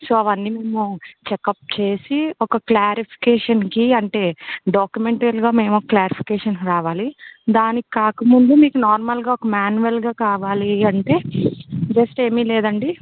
so అవన్నీ మేము checkup చేసి ఒక క్లారిఫికేషన్కి అంటే డాక్యుమెంటల్గా మేము ఒక క్లారిఫికేషన్కి రావాలి దానికి కాకముందు మీకు నార్మల్గా మాన్యువల్గా కావాలి అంటే జస్ట్ ఏమి లేదండి